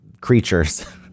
creatures